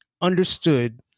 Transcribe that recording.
understood